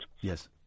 Yes